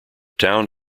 town